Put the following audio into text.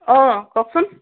অঁ কওকচোন